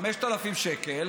5,000 שקל,